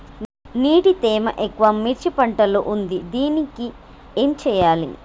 నీటి తేమ ఎక్కువ మిర్చి పంట లో ఉంది దీనికి ఏం చేయాలి?